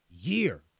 year